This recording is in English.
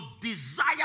desire